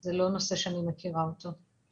זה לא נושא שאני מכירה חנן,